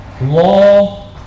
Law